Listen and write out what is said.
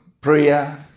Prayer